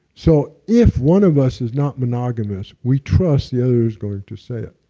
so, if one of us is not monogamous, we trust the other is going to say it.